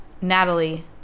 Natalie